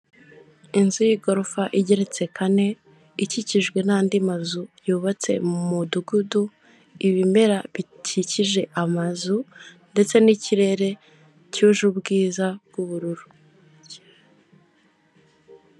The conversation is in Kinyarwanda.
Inzu y'igorofa igeretse kane ikikijwe n'andi mazu yubatse mu mudugudu ibimera bikikije amazu ndetse n'ikirere cyuje ubwiza bw'ubururu.